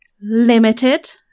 Limited